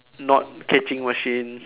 not catching machines